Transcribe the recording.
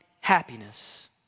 happiness